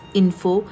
info